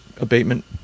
abatement